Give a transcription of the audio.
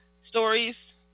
stories